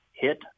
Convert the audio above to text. Hit